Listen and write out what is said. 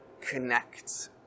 connect